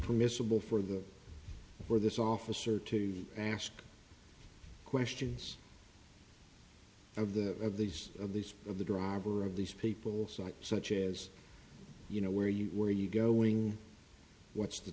permissible for the where this officer to ask questions of the of these of these of the driver of these people such as you know where you were are you going what's the